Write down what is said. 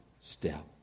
step